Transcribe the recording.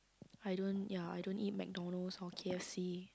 I don't ya I don't eat McDonald's or k_f_c